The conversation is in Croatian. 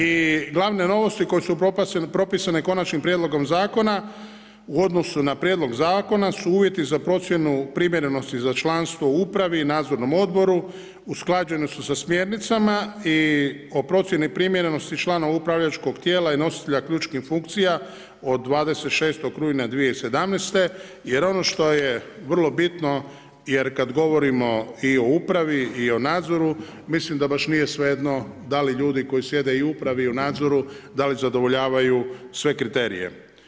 I glavne novosti koje su propisane konačnim prijedlogom zakona u odnosu na prijedlog zakona su uvjeti za procjenu primjerenosti za članstvo u upravi, nadzornom odboru, usklađene su sa smjernicama i o procjeni primjerenosti člana upravljačkog tijela i nositelja ključnih funkcija od 26. rujna 2017. jer ono što je vrlo bitno jer kad govorimo i o upravi i o nadzoru mislim da nije baš svejedno da li ljudi koji sjede i u upravi i u nadzoru, da li zadovoljavaju sve kriterije.